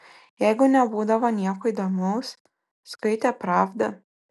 jeigu nebūdavo nieko įdomaus skaitė pravdą